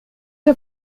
der